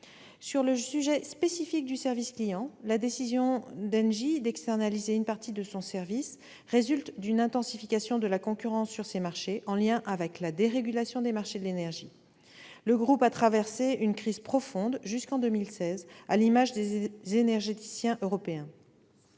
Sur le sujet spécifique du service client, la décision d'Engie d'externaliser une partie de son service résulte d'une intensification de la concurrence sur ses marchés, en lien avec la dérégulation des marchés de l'énergie. Le groupe a traversé une crise profonde jusqu'en 2016, à l'image des énergéticiens européens.